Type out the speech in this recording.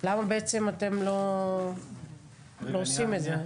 למה בעצם אתם לא עושים את זה?